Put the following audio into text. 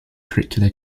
curricular